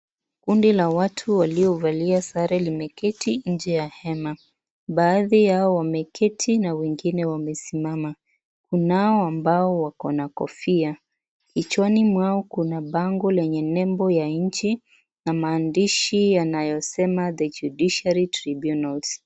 Kundi la watu waliovalia sare limeketi nje ya hema. Baadhi yao wameketi na wengine wamesimama, kunao ambao wako na kofia. Kichwani mwao kuna bango lenye nembo ya nchi na maandishi yanayosema, The judiciary tribunals .